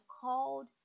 called